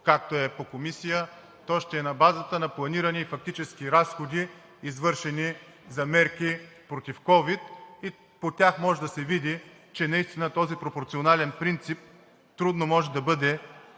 по Комисия, то ще е на базата на планиране и фактически разходи, извършени за мерки против ковид, и по тях може да се види, че този пропорционален принцип трудно може да бъде